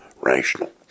rational